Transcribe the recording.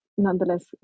Nonetheless